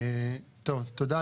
תודה,